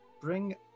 bring